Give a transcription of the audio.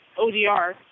ODR